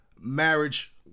marriage